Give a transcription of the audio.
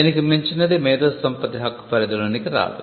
దీనికి మించినది మేధో సంపత్తి హక్కు పరిధిలోనికి రాదు